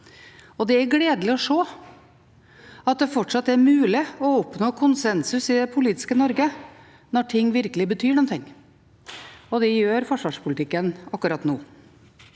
Det er gledelig å se at det fortsatt er mulig å oppnå konsensus i det politiske Norge når ting virkelig betyr noe, og det gjør forsvarspolitikken akkurat nå.